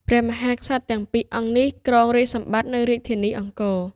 ព្រះមហាក្សត្រទាំងពីរអង្គនេះគ្រងរាជ្យសម្បត្តិ នៅរាជធានីអង្គរ ។